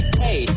hey